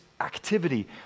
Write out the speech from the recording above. activity